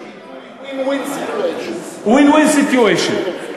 הם ממחישים את הביטוי win-win situation.